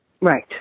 Right